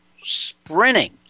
sprinting